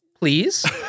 please